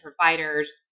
providers